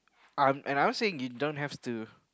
I'm and I'm saying you don't have to